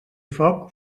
foc